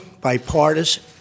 bipartisan